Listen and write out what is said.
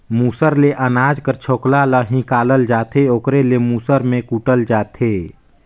मूसर ले अनाज कर छोकला ल हिंकालल जाथे ओकरे ले मूसर में कूटल जाथे